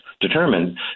determined